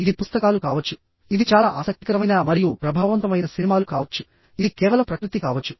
ఇది పుస్తకాలు కావచ్చుఇది చాలా ఆసక్తికరమైన మరియు ప్రభావవంతమైన సినిమాలు కావచ్చు ఇది కేవలం ప్రకృతి కావచ్చు